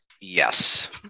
Yes